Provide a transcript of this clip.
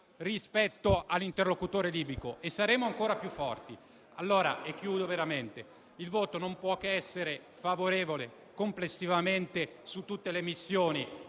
rispetto all'interlocutore libico e saremo ancora più forti. Pertanto, il voto non può che essere favorevole complessivamente su tutte le missioni,